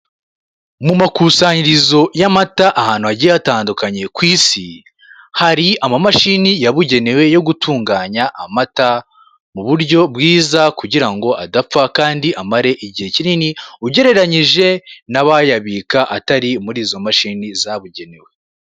Mu makusanyirizo y'amata, ahantu hagiye hatandukanye ku isi, hari amamashini yabugenewe yo gutunganya amata, mu buryo bwiza, kugira ngo adapfa kandi amare igihe kinini, ugereranyije n'abayabika atari muri izo mashini zabugenewe.